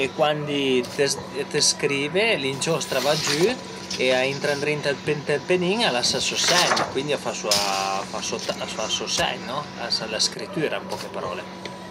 e cuandi ti scrive, l'inciost a va giü e a intra ëndrinta ël penin e a la so segn, cuindi a fa so segn no, a lasa la scritüra ën poche parole